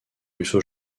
russo